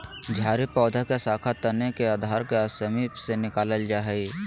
झाड़ी पौधा के शाखा तने के आधार के समीप से निकलैय हइ